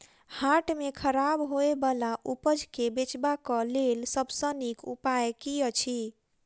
हाट मे खराब होय बला उपज केँ बेचबाक क लेल सबसँ नीक उपाय की अछि?